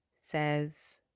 says